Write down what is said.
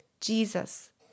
Jesus